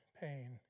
pain